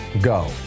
go